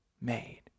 made